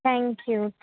thank you